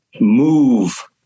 move